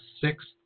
sixth